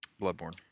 Bloodborne